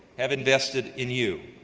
have invested in you.